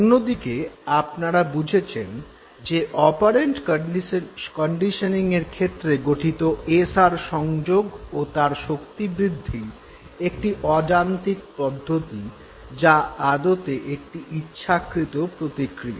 অন্যদিকে আপনারা বুঝেছেন যে অপারেন্ট কন্ডিশনিঙের ক্ষেত্রে গঠিত এস আর সংযোগ ও তার শক্তিবৃদ্ধি একটি অযান্ত্রিক পদ্ধতি যা আদতে একটি ইচ্ছাকৃত প্রতিক্রিয়া